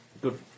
Good